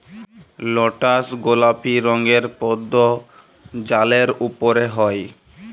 lotus গলাপি রঙের পদ্দ জালের উপরে হ্যয়